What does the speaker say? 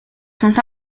sont